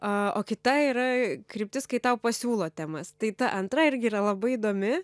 o kita yra kryptis kai tau pasiūlo temas tai ta antra irgi yra labai įdomi